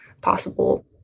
possible